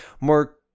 more